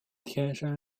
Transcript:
天山